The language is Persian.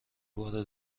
بار